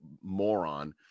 moron